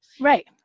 right